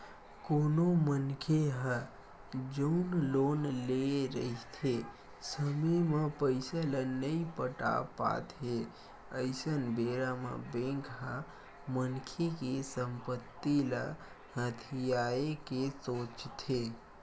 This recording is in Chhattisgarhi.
कोनो मनखे ह जउन लोन लेए रहिथे समे म पइसा ल नइ पटा पात हे अइसन बेरा म बेंक ह मनखे के संपत्ति ल हथियाये के सोचथे